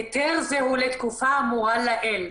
היתר זה הוא לתקופה האמורה לעיל,